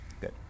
good